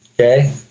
Okay